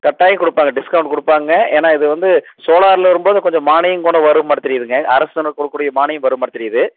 கட்டாயம் கொடுப்பாங்க டிஸ்கவுண்ட் கொடுப்பாங்க ஏன்னா இது வந்து சோலாரில் வரும்போது கொஞ்சம் மானியம் கூட வர மாட்டம் தெரியுதுங்க அரசாங்கம் கொடுக்கக் கூடிய மானியம் வர மாட்டம் தெரியுது